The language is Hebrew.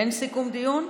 אין סיכום דיון?